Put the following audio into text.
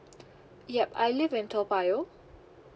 yup I live in toa payoh